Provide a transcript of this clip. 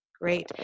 Great